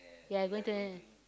ya going to Internet lah